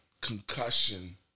concussion